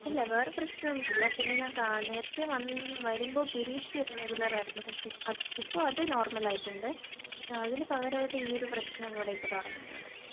ഇല്ല വേറെ പ്രശ്നോമൊന്നുമില്ല പിന്നെ ഞാൻ കാ നേരത്തെ വരുമ്പോൾ പീരീസി ഇറെഗുലറായിരുന്നു പക്ഷേ ഇപ്പോൾ അത് നോറ്മലായിട്ടുണ്ട് അതിനു പകരമായിട്ട് ഈ ഒരു പ്രശ്നം കൂടെ ഇപ്പോൾ തുടങ്ങിയിട്ടുണ്ട്